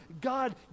God